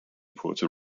puerto